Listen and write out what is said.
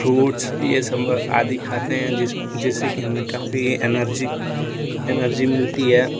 fruits यह सब आदि खाते हैं जिस्म जिससे कि हमें काफ़ी एनर्जी एनर्जी मिलती है